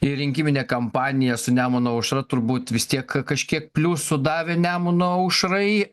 į rinkiminę kampaniją su nemuno aušra turbūt vis tiek kažkiek pliusų davė nemuno aušrai